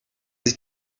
sich